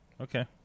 okay